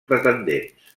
pretendents